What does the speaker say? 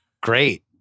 great